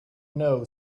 know